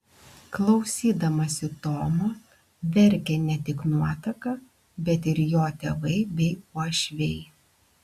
klausydamasi tomo verkė ne tik nuotaka bet ir jo tėvai bei uošviai